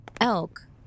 elk